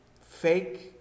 fake